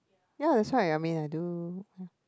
ya that's why I mean I do